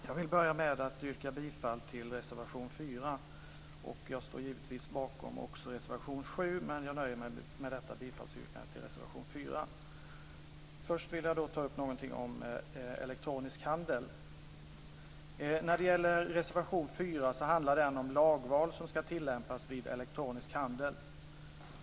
Fru talman! Jag vill börja med att yrka bifall till reservation 4. Jag står givetvis bakom även reservation 7, men jag nöjer mig med bifallsyrkandet till reservation 4. Först vill jag ta upp någonting om elektronisk handel. Reservation 4 handlar om lagval som ska tillämpas vid elektronisk handel.